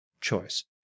choice